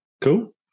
Cool